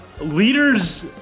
Leaders